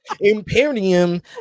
Imperium